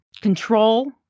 control